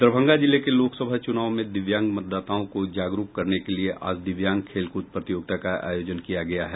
दरभंगा जिले के लोकसभा चुनाव में दिव्यांग मतदाताओं को जागरूक करने के लिये आज दिव्यांग खेल कूद प्रतियोगिता का आयोजन किया गया है